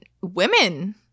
women